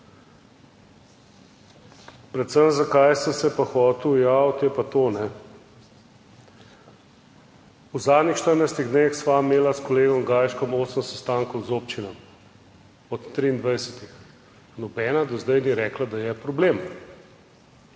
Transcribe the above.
Predvsem zakaj sem se pa hotel javiti, je pa to? V zadnjih 14 dneh sva imela s kolegom Gajškom osem sestankov z občinami, od 23. Nobena do zdaj ni rekla, da je problem.